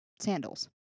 sandals